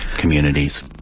communities